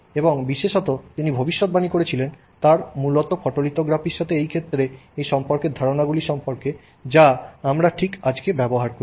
এবং বিশেষত তিনি ভবিষ্যদ্বাণী করেছিলেন তাঁর মূলত ফটোলিথোগ্রাফির সাথে এই ক্ষেত্রে এর সম্পর্কের ধারণাগুলি সম্পর্কে যা আমরা ঠিক আজকে ব্যবহার করি